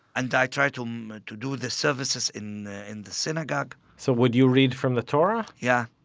and i tried to um ah to do the services in the in the synagogue so would you read from the torah? yeah,